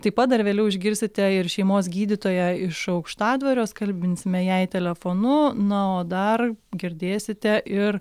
taip pat dar vėliau išgirsite ir šeimos gydytoją iš aukštadvario skalbinsime jai telefonu na o dar girdėsite ir